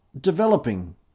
developing